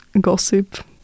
gossip